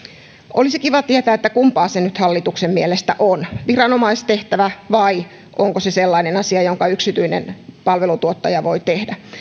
olisi kiva tietää kumpaa se nyt hallituksen mielestä on onko se viranomaistehtävä vai sellainen asia jonka yksityinen palvelutuottaja voi tehdä